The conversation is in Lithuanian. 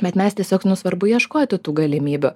bet mes tiesiog nu svarbu ieškoti tų galimybių